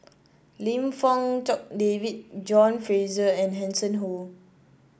Lim Fong Jock David John Fraser and Hanson Ho